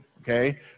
Okay